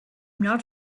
not